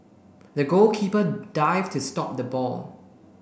the goalkeeper dived to stop the ball